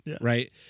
right